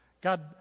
God